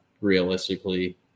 realistically